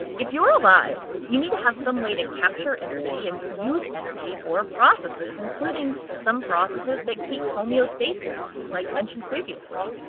if you're alive, you need to have some way to capture energy and use energy for processes, including some processes that keep homeostasis like mentioned previously.